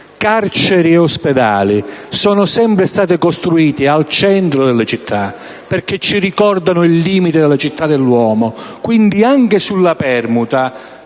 Carceri e ospedali sono sempre stati costruiti al centro delle città perché ci ricordano il limite delle città dell'uomo. Quindi, anche sulla permuta